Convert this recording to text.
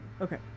Okay